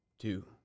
two